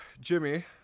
Jimmy